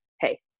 Hey